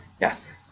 Yes